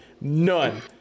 None